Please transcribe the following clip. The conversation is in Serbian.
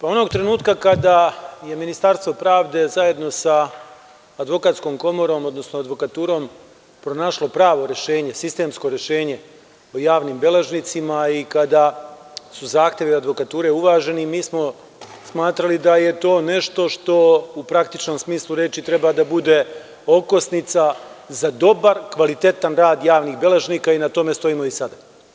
Onog trenutka kada je Ministarstvo pravde zajedno sa Advokatskom komorom, odnosno advokaturom pronašlo pravo rešenje, sistemsko rešenje o javnim beležnicima i kada su zahtevi advokature uvaženi, mi smo smatrali da je to nešto što u praktičnom smislu reči treba da bude okosnica za dobar, kvalitetan rad javnih beležnika i na tome stojimo i sada.